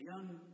young